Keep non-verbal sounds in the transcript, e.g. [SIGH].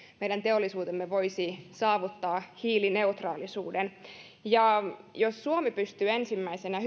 meidän teollisuutemme voisi saavuttaa hiilineutraalisuuden jos suomi pystyy ensimmäisenä [UNINTELLIGIBLE]